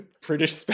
British